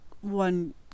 one